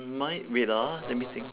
mine wait ah let me think